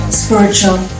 spiritual